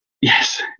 Yes